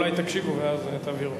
אולי תקשיבו ואז תבהירו,